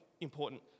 important